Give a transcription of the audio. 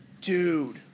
Dude